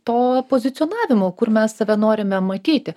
to pozicionavimo kur mes save norime matyti